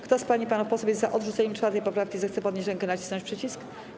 Kto z pań i panów posłów jest za odrzuceniem 4. poprawki, zechce podnieść rękę i nacisnąć przycisk.